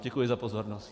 Děkuji za pozornost.